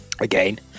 again